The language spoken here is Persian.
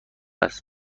است